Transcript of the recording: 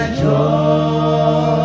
joy